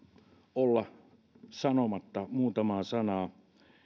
olla sanomatta muutamaa sanaa